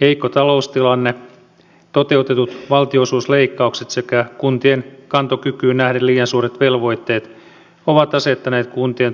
heikko taloustilanne toteutetut valtionosuusleikkaukset sekä kuntien kantokykyyn nähden liian suuret velvoitteet ovat asettaneet kuntien